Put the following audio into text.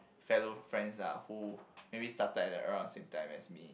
fellow friends lah who maybe started at around the same time as me